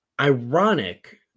ironic